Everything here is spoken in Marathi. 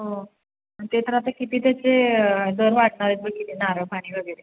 हो आणि ते तर आता किती त्याचे आजार वाढणार आहेत जसे की नारळ पाणी वगैरे